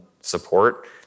support